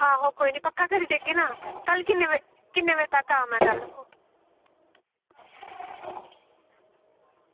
आहो कोई नी पक्का करी देगे ना कल किन्ने बजे किन्ने बजे तक आवां कल